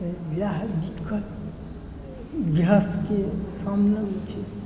गृहस्थके सामनेमे छै